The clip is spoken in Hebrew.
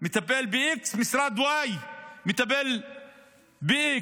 מטפל ב-x, ומשרד y מטפל ב-x.